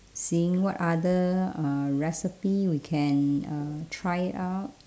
seeing what other uh recipe we can uh try out